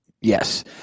Yes